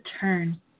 turn